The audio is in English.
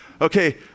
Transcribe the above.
okay